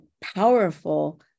powerful